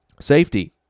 Safety